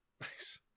Nice